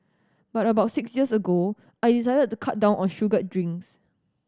but about six years ago I decided to cut down on sugared drinks